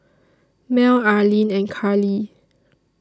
Mel Arline and Karly